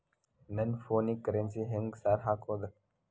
ನನ್ ಫೋನಿಗೆ ಕರೆನ್ಸಿ ಹೆಂಗ್ ಸಾರ್ ಹಾಕೋದ್?